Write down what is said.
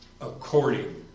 according